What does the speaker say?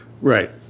Right